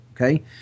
okay